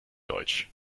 deutsch